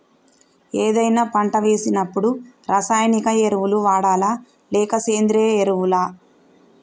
ఏదైనా పంట వేసినప్పుడు రసాయనిక ఎరువులు వాడాలా? లేక సేంద్రీయ ఎరవులా?